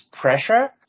pressure